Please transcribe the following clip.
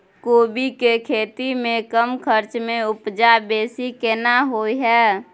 कोबी के खेती में कम खर्च में उपजा बेसी केना होय है?